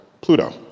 Pluto